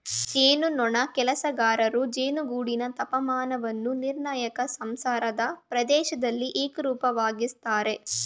ಜೇನುನೊಣ ಕೆಲಸಗಾರರು ಜೇನುಗೂಡಿನ ತಾಪಮಾನವನ್ನು ನಿರ್ಣಾಯಕ ಸಂಸಾರದ ಪ್ರದೇಶ್ದಲ್ಲಿ ಏಕರೂಪವಾಗಿಸ್ತರೆ